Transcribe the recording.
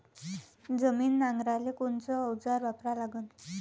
जमीन नांगराले कोनचं अवजार वापरा लागन?